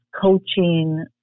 coaching